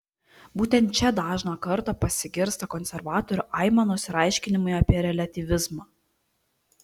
būtent čia dažną kartą pasigirsta konservatorių aimanos ir aiškinimai apie reliatyvizmą